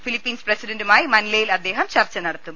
Philippines പ്രസിഡണ്ടുമായി മനിലയിൽ അദ്ദേഹം ചർച്ച നടത്തും